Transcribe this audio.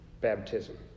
baptism